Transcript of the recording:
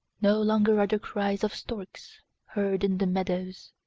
no longer are the cries of storks heard in the meadows,